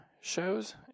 shows